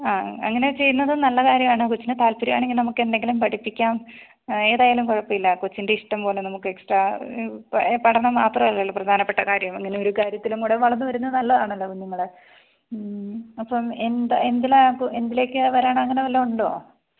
ആ അങ്ങനെ ചെയ്യുന്നതും നല്ല കാര്യമാണ് കൊച്ചിന് താല്പ്പര്യമാണെങ്കില് നമുക്ക് എന്തെങ്കിലും പഠിപ്പിക്കാം ഏതായാലും കുഴപ്പമില്ല കൊച്ചിന്റെ ഇഷ്ടം പോലെ നമുക്കെക്സ്ട്രാ പഠനം മാത്രം അല്ലല്ലോ പ്രധാനപ്പെട്ട കാര്യം അങ്ങനെ ഒരു കാര്യത്തിലും കൂടെ വളർന്ന് വരുന്നത് നല്ലതാണല്ലോ കുഞ്ഞുങ്ങൾ അപ്പം എന്ത് എന്തിലാണ് കു എന്തിലേക്കാണ് വരണം അങ്ങനെ വല്ലതും ഉണ്ടോ